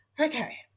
okay